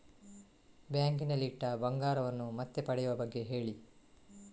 bank ನಲ್ಲಿ ಇಟ್ಟ ಬಂಗಾರವನ್ನು ಮತ್ತೆ ಪಡೆಯುವ ಬಗ್ಗೆ ಹೇಳಿ